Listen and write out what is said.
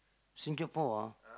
Singapore ah